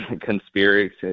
conspiracy